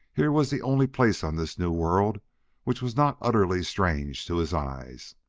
here was the only place on this new world which was not utterly strange to his eyes.